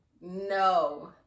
no